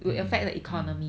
mm mm